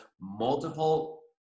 multiple